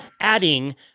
adding